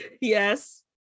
Yes